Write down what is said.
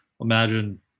Imagine